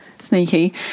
sneaky